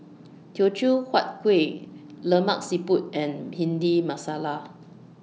Teochew Huat Kuih Lemak Siput and Bhindi Masala